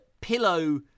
pillow